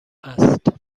است